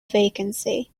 vacancy